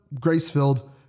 grace-filled